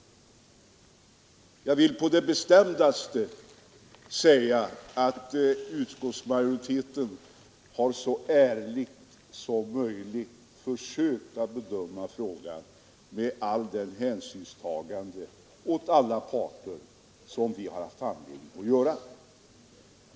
Jag vill på det bestämdaste hävda att utskottsmajoriteten har försökt att så ärligt som möjligt bedöma frågan under allt det hänsynstagande till samtliga parter som vi har haft anledning att göra.